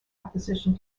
opposition